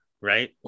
right